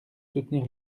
soutenir